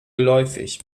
geläufig